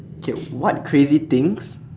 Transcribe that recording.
K what crazy things